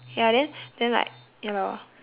ya then then like ya lor